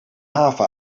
haven